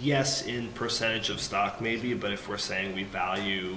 yes in percentage of stock maybe but if we're saying we value